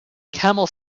camel